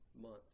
month